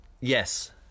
yes